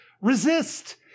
Resist